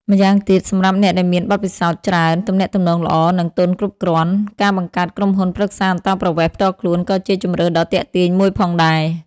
ម្យ៉ាងទៀត សម្រាប់អ្នកដែលមានបទពិសោធន៍ច្រើន ទំនាក់ទំនងល្អ និងទុនគ្រប់គ្រាន់ ការបង្កើតក្រុមហ៊ុនប្រឹក្សាអន្តោប្រវេសន៍ផ្ទាល់ខ្លួនក៏ជាជម្រើសដ៏ទាក់ទាញមួយផងដែរ។